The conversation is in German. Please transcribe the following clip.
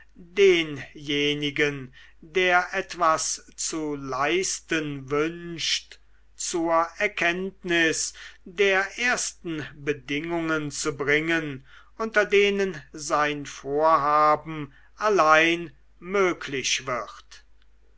denjenigen der etwas zu leisten wünscht zur erkenntnis der ersten bedingungen zu bringen unter denen sein vorhaben allein möglich wird